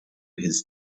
his